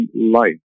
life